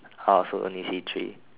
how I also only see three